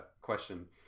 question